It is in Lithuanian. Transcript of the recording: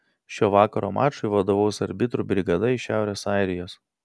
šio vakaro mačui vadovaus arbitrų brigada iš šiaurės airijos